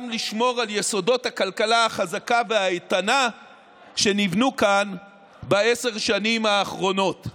לשמור על יסודות הכלכלה החזקה והאיתנה שנבנו כאן בעשר השנים האחרונות.